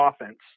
offense